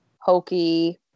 hokey